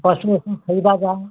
पशुओं को खरीदा जाए